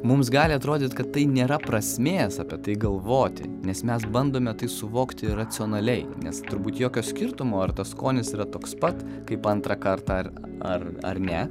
mums gali atrodyt kad tai nėra prasmės apie tai galvoti nes mes bandome tai suvokti racionaliai nes turbūt jokio skirtumo ar tas skonis yra toks pat kaip antrą kartą ar ar ar ne